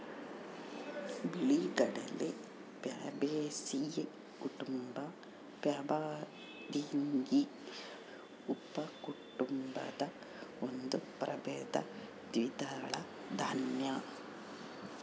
ಬಿಳಿಗಡಲೆ ಪ್ಯಾಬೇಸಿಯೀ ಕುಟುಂಬ ಪ್ಯಾಬಾಯ್ದಿಯಿ ಉಪಕುಟುಂಬದ ಒಂದು ಪ್ರಭೇದ ದ್ವಿದಳ ದಾನ್ಯ